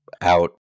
out